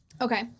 Okay